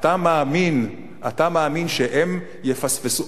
אתה מאמין שהם יפספסו?